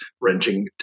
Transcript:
renting